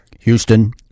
Houston